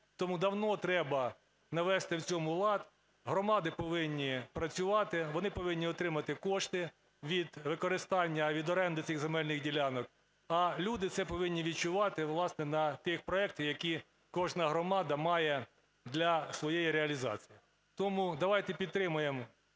Тому давно треба навести в цьому лад, громади повинні працювати, вони повинні отримати кошти від використання, від оренди цих земельних ділянок, а люди це повинні відчувати і власне на ті проекти, які кожна громада має для своєї реалізації. Тому давайте підтримаємо